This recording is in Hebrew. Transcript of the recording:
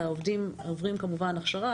העובדים עוברים כמובן הכשרה,